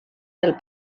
del